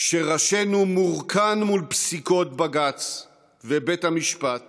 כשראשנו מורכן מול פסיקות בג"ץ ובית המשפט